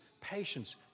patience